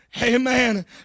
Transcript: Amen